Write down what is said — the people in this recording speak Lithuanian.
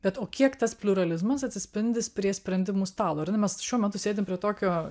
bet o kiek tas pliuralizmas atsispindi s prie sprendimų stalo ir mes šiuo metu sėdi prie tokio